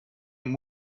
vrij